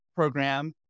Program